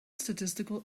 statistical